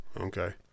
Okay